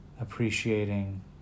appreciating